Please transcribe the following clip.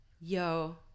Yo